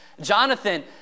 Jonathan